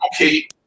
okay